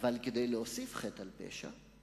אבל כדי להוסיף חטא על פשע,